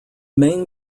main